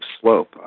slope